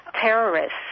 terrorists